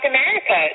America